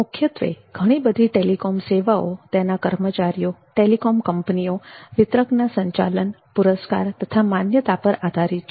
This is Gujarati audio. મુખ્યત્વે ઘણી બધી ટેલિકોમ સેવાઓતેના કર્મચારીઓ ટેલિકોમ કંપનીઓ વિતરકના સંચાલન પુરસ્કાર તથા માન્યતા પર આધારિત છે